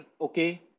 okay